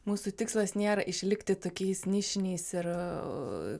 mūsų tikslas nėra išlikti tokiais nišiniais ir